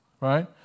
right